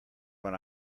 when